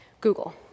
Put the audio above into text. Google